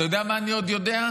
אתה יודע מה אני עוד יודע?